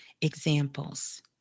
examples